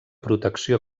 protecció